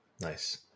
Nice